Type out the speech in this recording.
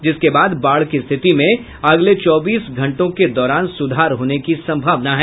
जिसके बाद बाढ़ की स्थिति में अगले चौबीस घंटों के दौरान सुधार होने की संभावना है